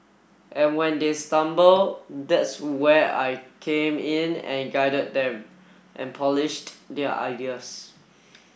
and when they stumble that's where I came in and guided them and polished their ideas